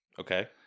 Okay